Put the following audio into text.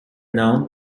known